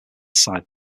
side